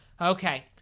Okay